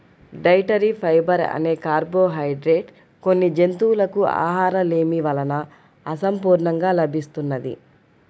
dietary fibre అనే carbohydrate కొన్ని జంతువులకు ఆహారలేమి వలన అసంపూర్ణంగా లభిస్తున్నది